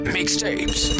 Mixtapes